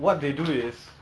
ah alcohol eh